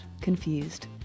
Confused